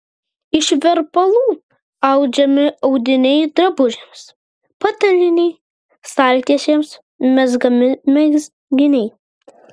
iš verpalų audžiami audiniai drabužiams patalynei staltiesėms mezgami mezginiai